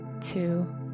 two